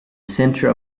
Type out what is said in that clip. center